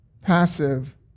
passive